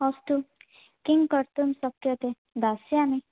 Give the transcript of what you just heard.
अस्तु किङ्कर्तुं शक्यते दास्यामि